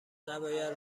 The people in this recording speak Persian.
نباید